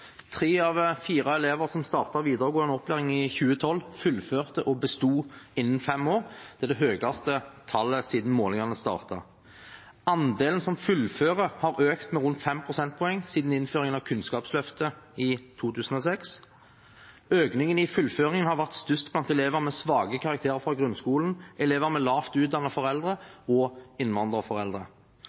Tre av fire elever som startet videregående opplæring i 2012, fullførte og besto innen fem år. Det er det høyeste tallet siden målingene startet. Andelen som fullfører, har økt med rundt 5 prosentpoeng siden innføringen av Kunnskapsløftet i 2006. Økningen i fullføring har vært størst blant elever med svake karakterer fra grunnskolen, elever med lavt utdannede foreldre og elever med innvandrerforeldre.